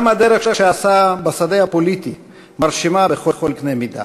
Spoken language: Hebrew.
גם הדרך שעשה בשדה הפוליטי מרשימה בכל קנה מידה: